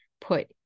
put